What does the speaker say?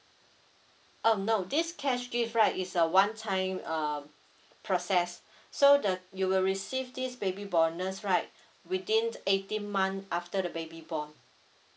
um no this cash gift right is a one time uh process so the you will receive this baby bonus right within eighteen month after the baby born